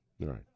Right